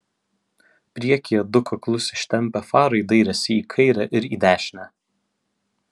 priekyje du kaklus ištempę farai dairėsi į kairę ir į dešinę